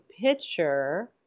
picture